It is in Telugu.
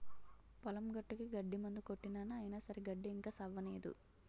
పొలం గట్టుకి గడ్డి మందు కొట్టినాను అయిన సరే గడ్డి ఇంకా సవ్వనేదు